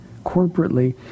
corporately